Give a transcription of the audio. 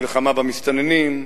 מלחמה במסתננים,